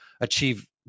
achieve